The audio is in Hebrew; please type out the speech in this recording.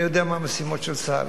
אני יודע מה המשימות של צה"ל.